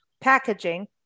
packaging